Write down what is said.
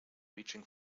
reaching